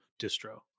distro